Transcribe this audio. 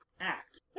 act